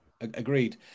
agreed